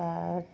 दा